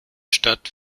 stadt